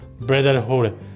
brotherhood